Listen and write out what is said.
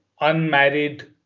unmarried